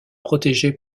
protégée